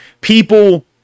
people